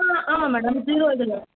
ஆ ஆமாம் madam zero இதில்